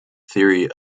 theory